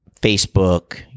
Facebook